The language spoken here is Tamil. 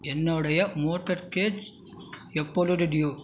என்னோடையோ மோட்டர்கேஜ் எப்பொழுது டியூ